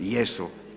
Jesu.